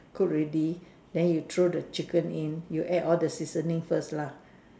cook already then you throw the chicken in you add all the seasoning first lah